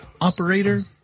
Operator